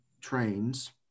trains